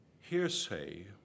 Hearsay